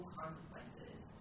consequences